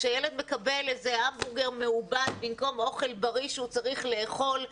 כשילד מקבל איזה המבורגר מעובד במקום אוכל בריא שהוא צריך לאכול,